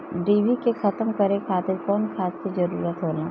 डिभी के खत्म करे खातीर कउन खाद के जरूरत होला?